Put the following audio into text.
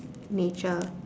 nature